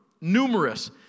Numerous